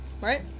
Right